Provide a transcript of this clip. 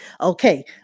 Okay